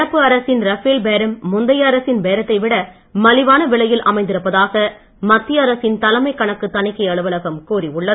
நடப்பு அரசின் ரபேல் பேரம் முந்தைய அரசின் பேரத்தை விட மலிவான விலையில் அமைந்திருப்பதாக மத்திய அரசின் தலைமை கணக்கு தணிக்கை அலுவலகம் கூறியுள்ளது